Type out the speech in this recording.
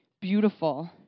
beautiful